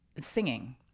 singing